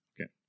okay